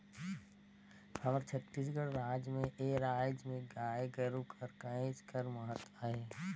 हमर छत्तीसगढ़ राज में ए राएज में गाय गरू कर कहेच कर महत अहे